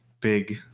big